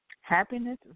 Happiness